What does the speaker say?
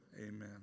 amen